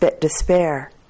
despair